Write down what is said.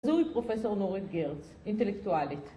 זוהי פרופסור נורי גרץ, אינטלקטואלית.